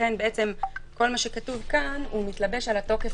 ולכן כל מה שכתוב כאן מתלבש על התוקף